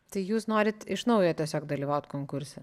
tai jūs norit iš naujo tiesiog dalyvaut konkurse